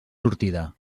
sortida